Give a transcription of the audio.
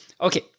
Okay